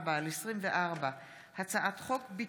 פ/2544/24 וכלה בהצעת חוק פ/2594/24: